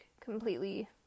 completely